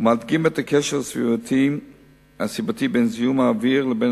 ומדגים את הקשר הסיבתי בין זיהום האוויר לבין